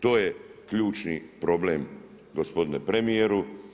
To je ključni problem, gospodine premjeru.